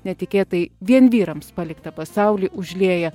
netikėtai vien vyrams paliktą pasaulį užlieja